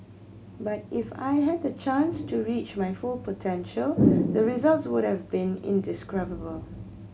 but if I had the chance to reach my full potential the results would have been indescribable